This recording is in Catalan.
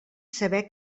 saber